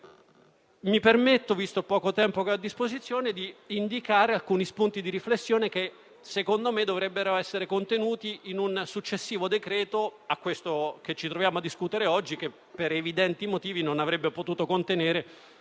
Considerando il poco tempo che ho a disposizione, mi permetto di indicare alcuni spunti di riflessione che, secondo me, dovrebbero essere contenuti in un provvedimento successivo a questo che ci troviamo a discutere oggi, che, per evidenti motivi, non avrebbe potuto contenere